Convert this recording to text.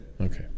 Okay